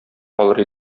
калыр